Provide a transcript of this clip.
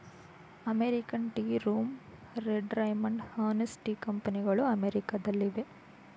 American tea room, red Raymond, Hanes tea ಕಂಪನಿಗಳು ಅಮೆರಿಕದಲ್ಲಿವೆ